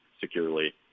securely